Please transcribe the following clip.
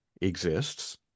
exists